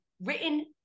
written